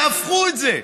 תהפכו את זה,